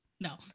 No